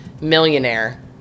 millionaire